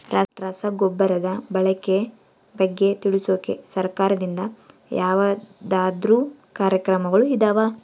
ರಸಗೊಬ್ಬರದ ಬಳಕೆ ಬಗ್ಗೆ ತಿಳಿಸೊಕೆ ಸರಕಾರದಿಂದ ಯಾವದಾದ್ರು ಕಾರ್ಯಕ್ರಮಗಳು ಇದಾವ?